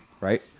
right